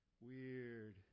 Weird